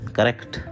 Correct